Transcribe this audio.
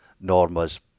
Norma's